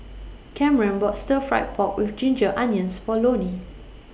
Cameron bought Stir Fry Pork with Ginger Onions For Loni